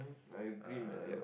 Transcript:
uh yeah